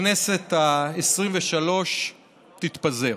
הכנסת העשרים-ושלוש, תתפזר.